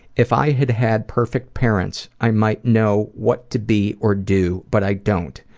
if i had had perfect parents i might know what to be or do but i don't.